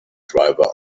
driver